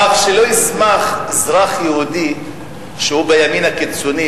כך שלא ישמח אזרח יהודי שהוא בימין הקיצוני